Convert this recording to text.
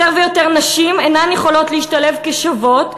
יותר ויותר נשים אינן יכולות להשתלב כשוות,